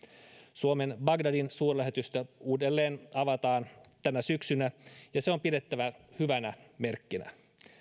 suomen bagdadin suurlähetystö avataan uudelleen tänä syksynä ja sitä on pidettävä hyvänä merkkinä